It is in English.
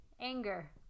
Anger